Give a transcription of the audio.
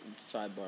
sidebar